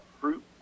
fruit